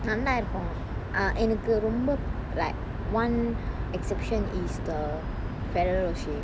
நல்லா இருக்கும்:nalla irukkum err எனக்கு ரொம்ப:enakku romba like one exception is the ferrero rocher